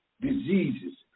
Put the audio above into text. Diseases